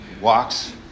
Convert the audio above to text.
walks